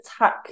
attack